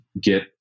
get